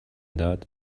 داد